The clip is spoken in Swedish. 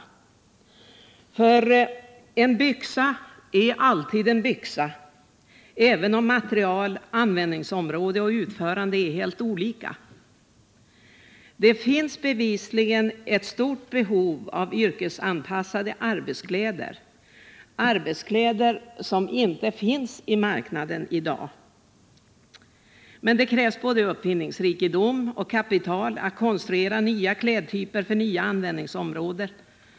16 mars 1979 En byxa är alltid en byxa, även om material, användningsområde och utförande är helt olika. Det finns bevisligen ett stort behov av yrkesanpassade arbetskläder av typer som inte finns på marknaden i dag. Men det krävs både uppfinningsrikedom och kapital för att konstruera nya klädtyper för nya användningsområden.